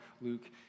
Luke